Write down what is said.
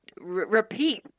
repeat